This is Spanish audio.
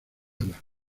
ala